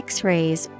X-rays